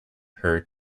her